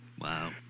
Wow